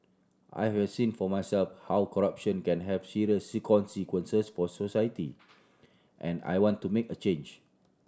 I have seen for myself how corruption can have serious consequences for society and I want to make a change